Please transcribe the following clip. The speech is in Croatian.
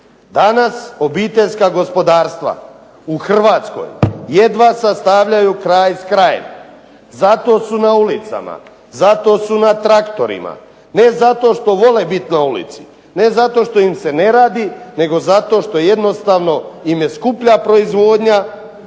Danas obiteljska gospodarstava u Hrvatskoj jedva sastavljaju kraj s krajem. Zato su na ulicama, zato su na traktorima. Ne zato što vole biti na ulici, ne zato što im se ne radi nego zato što jednostavno im je skuplja proizvodnja